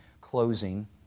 closing